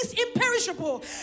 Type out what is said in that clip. imperishable